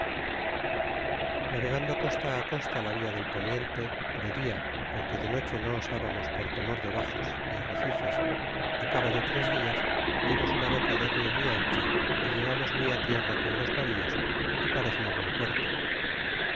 navegando costa costa la via del poniente de dia porque de noche no osabamos por temor de baxos ó arracifes cabo de tres dias vimos una boca de rio muy ancha y llegamos muy tierra con los navíos y parecia buen puerto